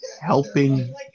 helping